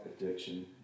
addiction